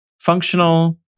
functional